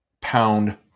pound